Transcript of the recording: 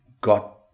got